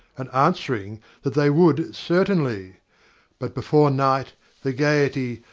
and answering that they would certainly but before night the gaiety,